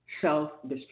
Self-destruct